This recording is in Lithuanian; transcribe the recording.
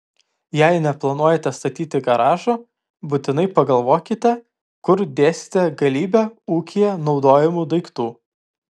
jei neplanuojate statyti garažo būtinai pagalvokite kur dėsite galybę ūkyje naudojamų daiktų